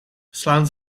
slaan